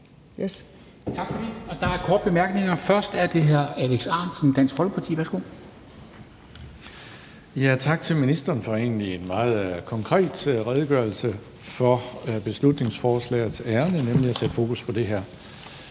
Tak for det. Der er korte bemærkninger, og først er det hr. Alex Ahrendtsen, Dansk Folkeparti. Værsgo. Kl. 13:54 Alex Ahrendtsen (DF): Tak til ministeren for en egentlig meget konkret redegørelse for beslutningsforslagets ærinde, nemlig at sætte fokus på det her.